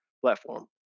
platform